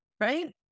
right